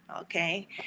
Okay